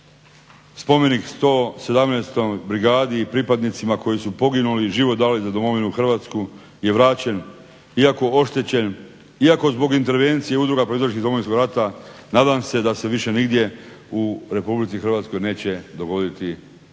spomenik 117. brigadi i pripadnicima koji su poginuli i život dali za domovinu Hrvatsku je vraćen, iako oštećen, iako zbog intervencije udruga proizašlih iz Domovinskih rata nadam se da se više nigdje u Republici Hrvatskoj neće dogoditi